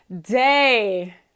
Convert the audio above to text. day